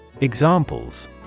Examples